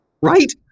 right